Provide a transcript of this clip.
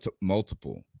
multiple